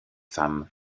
femmes